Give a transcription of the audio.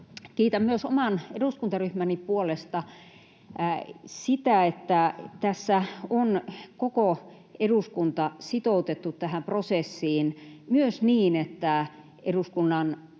Kiitän myös oman eduskuntaryhmäni puolesta sitä, että tässä on koko eduskunta sitoutettu tähän prosessiin myös niin, että eduskunnan